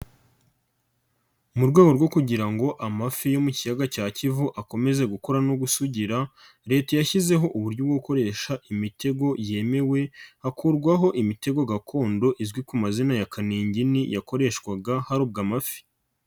Mu rwego rwo kugira ngo amafi yo mu kiyaga cya Kivu akomeze gukora no gusugira Leta yashyizeho uburyo bwo gukoresha imitego yemewe hakurwaho imitego gakondo izwi ku mazina ya kaningini yakoreshwaga harobwa amafi.